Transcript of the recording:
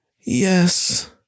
Yes